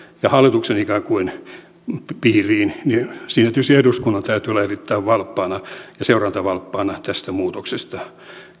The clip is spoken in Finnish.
ja ikään kuin hallituksen piiriin siirtymisessä tietysti eduskunnan täytyy olla erittäin seurantavalppaana tästä muutoksesta